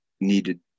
needed